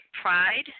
Pride